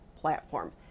platform